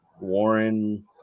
Warren